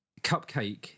Cupcake